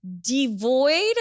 Devoid